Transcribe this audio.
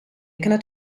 cannot